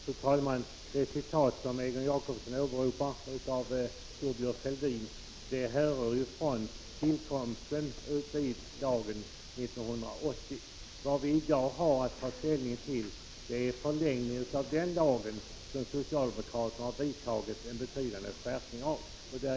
Fru talman! Det citat av Thorbjörn Fälldin som Egon Jacobsson åberopar härrör ju från tiden för lagens tillkomst 1980. Vad vi i dag har att ta ställning till är en förlängning av den lag som socialdemokraterna har vidtagit en betydande skärpning av.